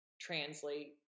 translate